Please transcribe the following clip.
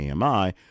AMI